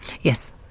yes